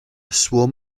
swarm